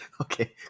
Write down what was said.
Okay